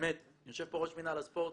יושב פה ראש מינהל הספורט,